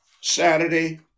Saturday